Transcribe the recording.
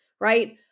right